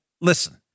listen